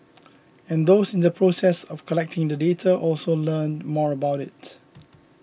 and those in the process of collecting the data also learn more about it